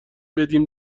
بدین